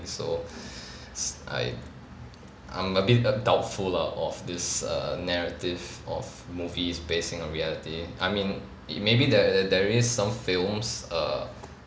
so I I'm a bit of doubtful lah of this err narrative of movies basing on reality I mean it maybe there there is some films err